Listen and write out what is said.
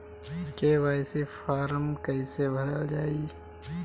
KYC form कइसे भरल जाइ?